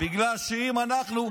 בגלל שאם אנחנו,